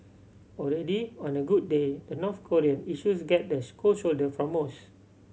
already on a good day the North Korean issues get the cold shoulder from most